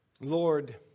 Lord